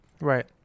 Right